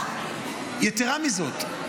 יתרה מזאת,